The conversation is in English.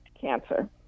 cancer